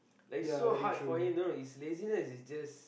like so hard for him you know his laziness is just